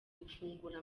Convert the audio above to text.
gufungura